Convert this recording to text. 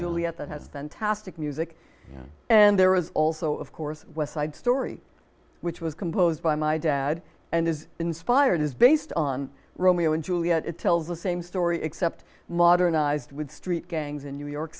juliet that has then task music and there was also of course west side story which was composed by my dad and is inspired is based on romeo and juliet it tells the same story except modernized with street gangs in new york